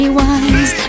wise